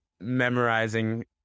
memorizing